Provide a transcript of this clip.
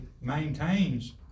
maintains